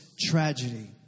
tragedy